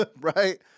Right